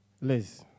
Liz